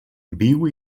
viu